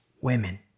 women